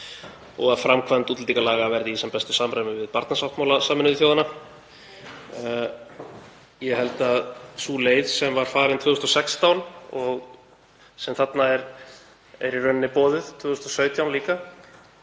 og að framkvæmd útlendingalaga verði í sem bestu samræmi við barnasáttmála Sameinuðu þjóðanna. Ég held að sú leið sem var farin 2016, sem er í rauninni boðuð 2017 líka,